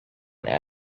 known